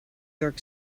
york